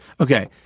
Okay